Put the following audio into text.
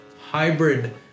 hybrid